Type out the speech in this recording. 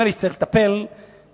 נדמה לי שצריך לטפל במהירות,